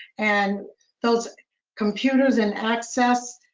and those computers and access,